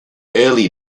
early